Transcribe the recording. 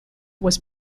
was